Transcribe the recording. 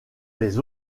les